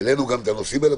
והעלינו גם את הנושאים האלה.